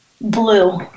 Blue